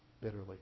bitterly